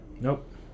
Nope